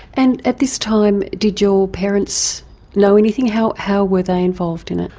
and at this time did your parents know anything, how how were they involved in it?